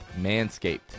Manscaped